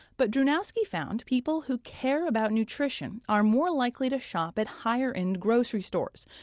but, drewnowski found people who care about nutrition are more likely to shop at higher-end grocery stores,